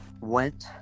went